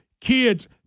kids